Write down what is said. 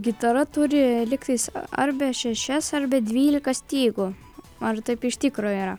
gitara turi lygtais arba šešias arba dvylika stygų ar taip iš tikro yra